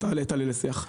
תעלה לשיח.